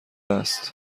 است